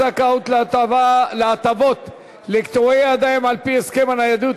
זכאות להטבות לקטועי ידיים על-פי הסכם הניידות),